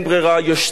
יש צורך,